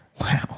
Wow